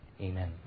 Amen